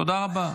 תודה רבה.